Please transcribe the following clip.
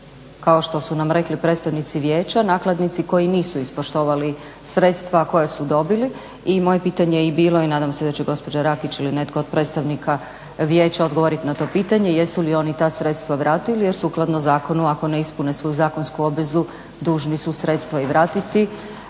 kao što su nam rekli predstavnici Vijeća, nakladnici koji nisu ispoštovali sredstva koja su dobili. I moje pitanje je bilo i nadam se da će gospođa Rakić ili netko od predstavnika Vijeća odgovoriti na to pitanje jesu li oni ta sredstva vratili. Jer sukladno zakonu ako ne ispune svoju zakonsku obvezu dužni su sredstva vratiti.